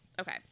okay